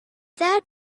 that